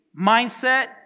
mindset